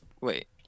Wait